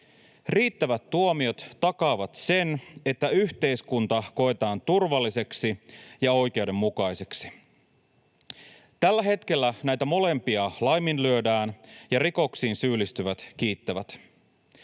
riittävät tuomiot takaavat sen, että yhteiskunta koetaan turvalliseksi ja oikeudenmukaiseksi. Tällä hetkellä näitä molempia laiminlyödään, ja rikoksiin syyllistyvät kiittävät.